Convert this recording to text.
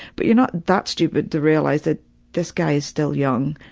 but you're not that stupid to realize that this guy is still young,